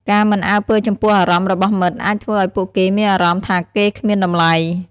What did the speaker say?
ការមិនអើពើចំពោះអារម្មណ៍របស់មិត្តអាចធ្វើឱ្យពួកគេមានអារម្មណ៍ថាគេគ្មានតម្លៃ។